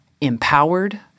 empowered